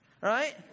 Right